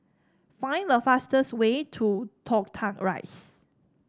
find the fastest way to Toh Tuck Rise